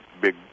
big